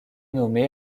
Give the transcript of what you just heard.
nommée